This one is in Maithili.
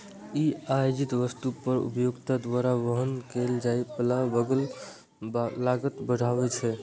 ई आयातित वस्तु पर उपभोक्ता द्वारा वहन कैल जाइ बला लागत कें बढ़बै छै